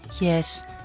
Yes